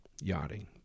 yachting